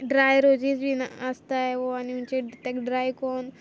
dry रोजीस बीन आसताय वो आनी खोंयची तेका ड्राय कोन्न